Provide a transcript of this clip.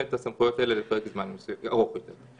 את הסמכויות האלה לפרק זמן ארוך יותר.